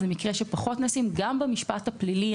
גם במשפט הפלילי,